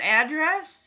address